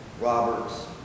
Roberts